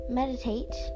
meditate